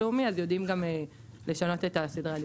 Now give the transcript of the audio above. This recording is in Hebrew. לאומי אז יודעים גם לשנות את סדרי העדיפויות.